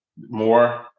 more